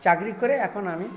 চাকরি করে এখন আমি